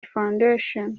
foundation